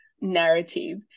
narrative